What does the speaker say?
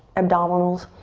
abdominals.